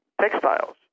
textiles